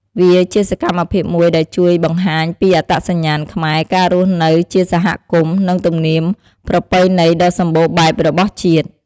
វាជាសកម្មភាពមួយដែលជួយបង្ហាញពីអត្តសញ្ញាណខ្មែរ ការរស់នៅជាសហគមន៍ និងទំនៀមប្រពៃណីដ៏សម្បូរបែបរបស់ជាតិ។